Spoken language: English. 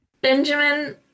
Benjamin